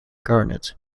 garnet